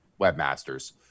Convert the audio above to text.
webmasters